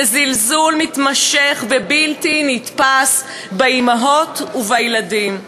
זה זלזול מתמשך ובלתי נתפס באימהות ובילדים.